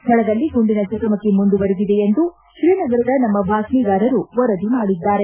ಸ್ಥಳದಲ್ಲಿ ಗುಂಡಿನ ಚಕಮಕಿ ಮುಂದುವರೆದಿದೆ ಎಂದು ಶ್ರೀನಗರದ ನಮ್ಮ ಬಾತ್ತೀದಾರರು ವರದಿ ಮಾಡಿದ್ದಾರೆ